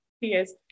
Yes